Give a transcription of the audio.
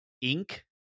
ink